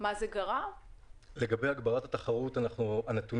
הנתונים שיש לנו לגבי הגברת התחרות הם ביחס